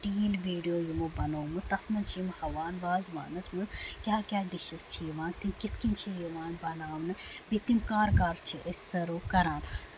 یِمو بَنومُت تَتھ منز چھِ یِم ہاوان وازوانَس منٛز کیاہ کیاہ ڈِشِز چھِ یِوان تِم کِتھ کِنۍ چھِ یِوان بَناونہٕ یِتھۍ کٔنۍ کر کر چھِ أسۍ سٔرٕو کران